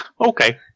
Okay